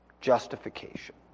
justification